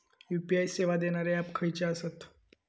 UPI सेवा देणारे app खयचे आसत?